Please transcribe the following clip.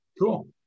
Cool